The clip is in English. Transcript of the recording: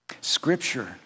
Scripture